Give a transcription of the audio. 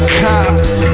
cops